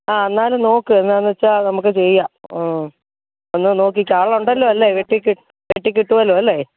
ആ എന്നാലും നോക്ക് എന്താണെന്ന് വെച്ചാൽ നമുക്ക് ചെയ്യാം ഒന്ന് നോക്കിയിട്ട് ആൾ ഉണ്ടല്ലോ അല്ലേ വെട്ടി വെട്ടി കിട്ടുമല്ലോ അല്ലേ